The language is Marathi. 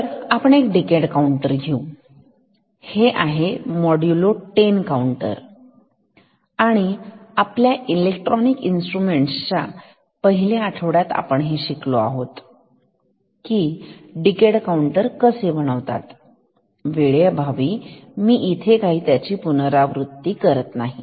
तर आपण एक डिकेड काऊंटर घेऊहे आहे मॉड्युलो 10 काऊंटर आणि आपल्या इलेक्ट्रॉनिक इन्स्ट्रुमेंट्स च्या पहिल्या आठवड्यात आपण शिकलो आहोत की डिकेड काऊंटर कसे बनवतातवेळेअभावी ईथे मी त्याची पुनरावृत्ती करत नाही